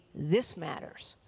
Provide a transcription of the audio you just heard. this matters.